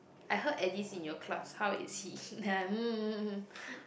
I heard Eddie's in your class how is he